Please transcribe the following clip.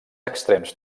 extrems